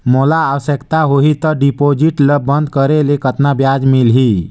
मोला आवश्यकता होही त डिपॉजिट ल बंद करे ले कतना ब्याज मिलही?